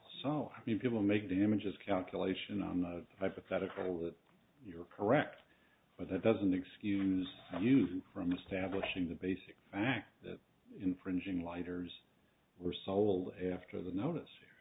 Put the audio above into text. so i mean people make damages calculation on the hypothetical that you're correct but that doesn't excuse you from establishing the basic fact infringing lighters were sold after the notice